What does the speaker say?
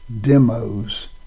demos